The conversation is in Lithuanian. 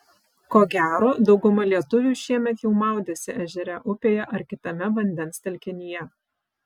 ko gero dauguma lietuvių šiemet jau maudėsi ežere upėje ar kitame vandens telkinyje